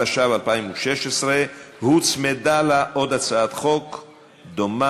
התשע"ו 2016. הוצמדה לה עוד הצעת חוק דומה.